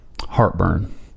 heartburn